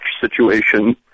situation